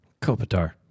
Kopitar